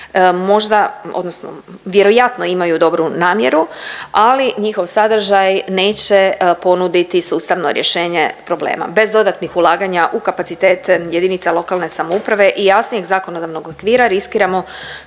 možda odnosno vjerojatno imaju dobru namjeru, ali njihov sadržaj neće ponuditi sustavno rješenje problema bez dodatnih ulaganja u kapacitete JLS i jasnijeg zakonodavnog okvira riskiramo